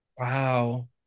Wow